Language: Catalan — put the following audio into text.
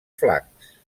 flancs